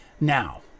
Now